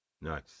Nice